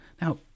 Now